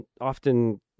often